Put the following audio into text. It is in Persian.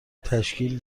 تشکیل